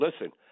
Listen